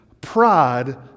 pride